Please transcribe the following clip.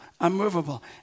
unmovable